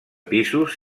pisos